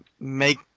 make